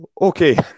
Okay